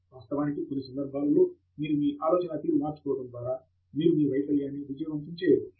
వాస్తవానికి కొన్నిసందర్భాలలో మీరు మీ ఆలోచనా తీరు మార్చుకోవడం ద్వారా మీరు మీ వైఫల్యాన్ని విజయవంతం చేయవచ్చు